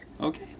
Okay